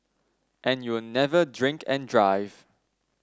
and you'll never drink and drive